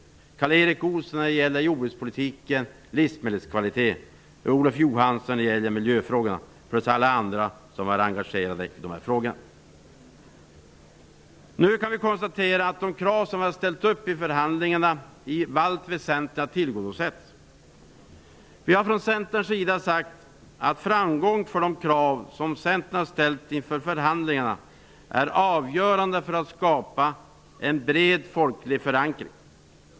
Karl Erik Olsson vill jag gratulera när det gäller resultaten för jordbrukspolitiken och livsmedelskvaliteten och Olof Johansson när det gäller miljöfrågan. Jag vill naturligtvis också tacka alla andra som har varit engagerade i dessa frågor. Nu kan vi konstatera att de krav som vi har ställt i förhandlingarna i allt väsentligt har tillgodosetts. Från Centerns sida har vi sagt att framgång för de krav som Centern har ställt inför förhandlingarna är avgörande för att man skall kunna skapa en bred folklig förankring.